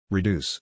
Reduce